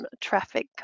traffic